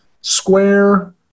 Square